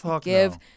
give